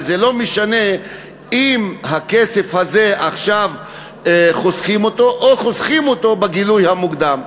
וזה לא משנה אם חוסכים את הכסף הזה עכשיו או חוסכים אותו בגילוי המוקדם.